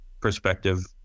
perspective